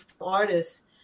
artists